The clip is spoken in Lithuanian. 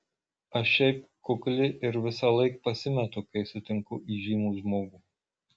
aš šiaip kukli ir visąlaik pasimetu kai sutinku įžymų žmogų